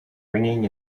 ringing